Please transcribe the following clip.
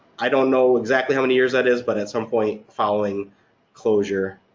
i don't know exactly how many years that is but at some point, following closure,